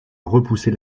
repousser